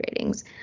ratings